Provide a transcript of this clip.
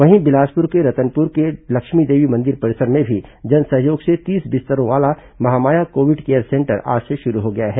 वहीं बिलासपूर के रतनपुर के लक्ष्मीदेवी मंदिर परिसर में भी जनसहयोग से तीस बिस्तरों वाला महामाया कोविड केयर सेंटर आज से शुरू हो गया है